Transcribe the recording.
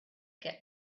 get